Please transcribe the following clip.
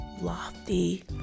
lofty